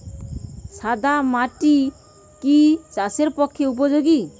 সাদা মাটি কি চাষের পক্ষে উপযোগী?